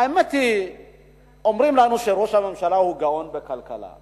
האמת היא שאומרים לנו שראש הממשלה הוא גאון בכלכלה.